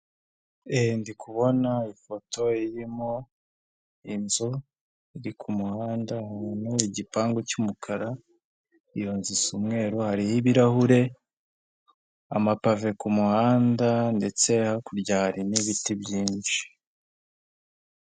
Ndi kubona ifoto irimo inzu iri ku muhanda, igipangu cy'umukara. Iyo nzu isa umweru, hariho ibirahure, amapave ku muhanda ndetse hakurya hari n'ibiti byinshi.